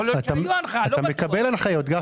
אתה מקבל הנחיות, גפני.